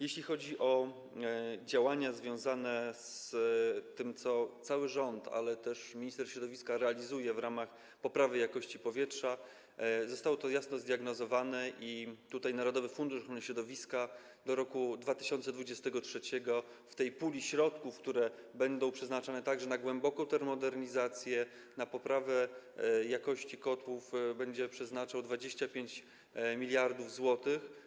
Jeśli chodzi o działania związane z tym, co cały rząd, ale też minister środowiska, realizuje w ramach poprawy jakości powietrza, to zostało to jasno zdiagnozowane i narodowy fundusz ochrony środowiska do roku 2023 z tej puli środków, które będą przeznaczane także na głęboką termomodernizację, na poprawę jakości kotłów będzie przeznaczał 25 mld zł.